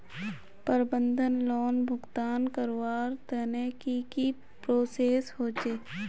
प्रबंधन लोन भुगतान करवार तने की की प्रोसेस होचे?